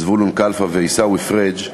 זבולון קלפה ועיסאווי פריג'.